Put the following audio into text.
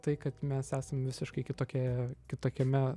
tai kad mes esam visiškai kitokie kitokiame